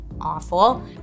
awful